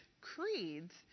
creeds